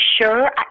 sure